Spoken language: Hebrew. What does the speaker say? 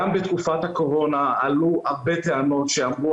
גם בתקופת הקורונה עלו הרבה טענות שאמרו,